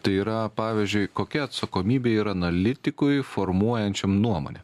tai yra pavyzdžiui kokia atsakomybė yra analitikui formuojančiam nuomonę